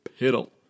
piddle